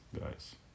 guys